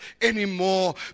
anymore